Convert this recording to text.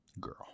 Girl